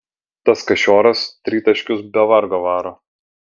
tas kašioras tritaškius be vargo varo